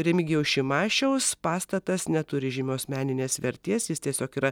remigijaus šimašiaus pastatas neturi žymios meninės vertės jis tiesiog yra